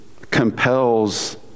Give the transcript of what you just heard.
compels